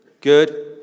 Good